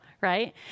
right